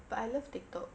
but I love tiktok